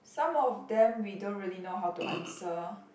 some of them we don't really know how to answer